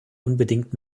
unbedingt